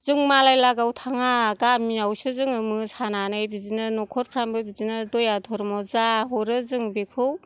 जों मालाय लागोयाव थाङा गामियावसो जोङो मोसानानै बिदिनो न'खरफ्रामबो बिदिनो दया धर्म जा हरो जों बिखौ